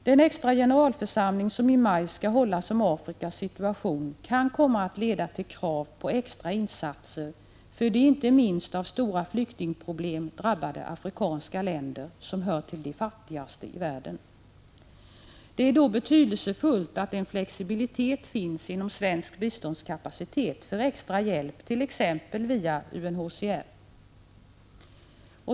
Den extra generalförsamling, som i maj skall hållas om Afrikas situation, kan komma att leda till krav på extra insatser för de inte minst av stora flyktingproblem drabbade afrikanska länder som hör till de fattigaste i världen. Det är då betydelsefullt att en flexibilitet finns inom svensk biståndskapacitet för extra hjälp, t.ex. via UNHCR.